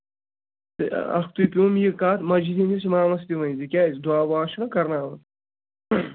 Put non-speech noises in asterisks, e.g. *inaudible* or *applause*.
*unintelligible* اَکھتُے پیوم یہِ کَتھ مَسجِد ہِندِس اِمامَس تہِ ؤنۍ زِ کیٛازِ دُعا وُعا چھُنہ کَرناوان